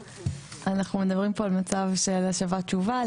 אנחנו מדברים פה על מצב של השבת תשובה,